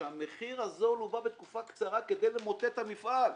שהמחיר הזול בא בתקופה קצרה כדי למוטט את המפעל.